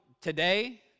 today